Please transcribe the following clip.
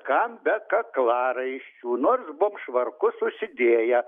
kam be kaklaraiščių nors buvom švarkus susidėję